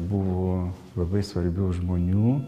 buvo labai svarbių žmonių